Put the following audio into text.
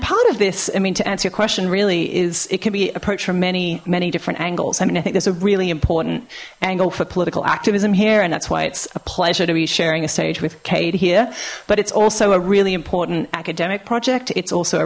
part of this i mean to answer your question really is it can be approached from many many different angles i mean i think there's a really important angle for political activism here and that's why it's a pleasure to be sharing a stage with kate here but it's also a really important academic project it's also a